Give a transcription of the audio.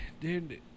Dude